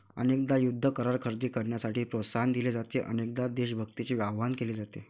अनेकदा युद्ध करार खरेदी करण्यासाठी प्रोत्साहन दिले जाते, अनेकदा देशभक्तीचे आवाहन केले जाते